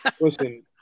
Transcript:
listen